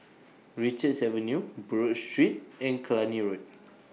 Richards Avenue Buroh Street and Cluny Road